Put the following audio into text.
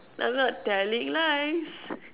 I'm not telling lies